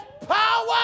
power